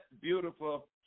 beautiful